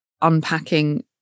unpacking